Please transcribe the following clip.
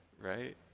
right